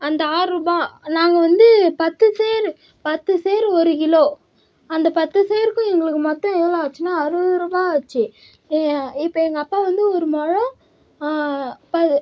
அந்த ஆறு ரூபா நாங்கள் வந்து பத்து சேர் பத்து சேர் ஒரு கிலோ அந்த பத்து சேர்க்கும் எங்களுக்கு மொத்தம் எவ்வளவு ஆச்சுன்னா அறுவது ரூபா ஆச்சு இப்போ எங்கள் அப்பா வந்து ஒரு முழம் பது